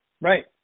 Right